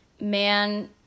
man